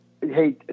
hey